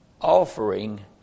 offering